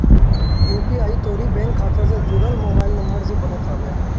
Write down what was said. UPI तोहरी bank खाता से जुड़ल मोबाइल नंबर से बनत हवे